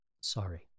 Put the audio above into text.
sorry